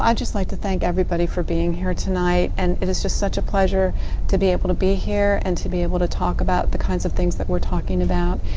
um just like to thank everybody for being here tonight. and it was just such a pleasure to be able to be here and to be able to talk about the kinds of things that we're talking about.